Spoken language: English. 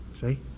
See